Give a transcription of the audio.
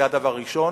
זה הדבר הראשון,